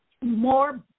more